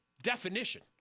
definition